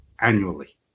annually